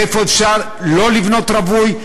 איפה אפשר לא לבנות רווי,